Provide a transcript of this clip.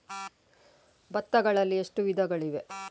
ಭತ್ತಗಳಲ್ಲಿ ಎಷ್ಟು ವಿಧಗಳಿವೆ?